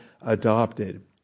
adopted